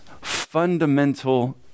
Fundamental